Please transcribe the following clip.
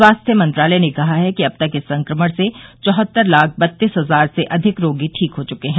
स्वास्थ्य मंत्रालय ने कहा है कि अब तक इस संक्रमण से चौहत्तर लाख बत्तीस हजार से अधिक रोगी ठीक हो चुके हैं